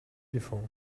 before